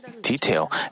detail